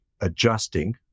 adjusting